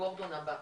גורדון הבא.